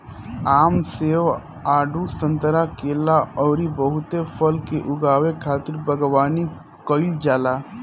आम, सेब, आडू, संतरा, केला अउरी बहुते फल के उगावे खातिर बगवानी कईल जाला